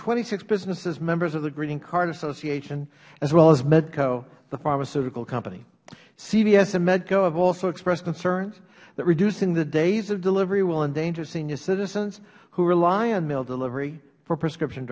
twenty six businesses members of the greeting card association as well as medco the pharmaceutical company cvs and medco have also expressed concerns that reducing the days of delivery will endanger senior citizens who rely on mail delivery for prescription